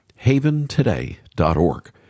haventoday.org